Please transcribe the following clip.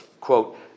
quote